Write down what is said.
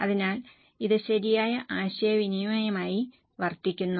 അതിനാൽ ഇത് ശരിയായ ആശയവിനിമയമായി വർത്തിക്കുന്നു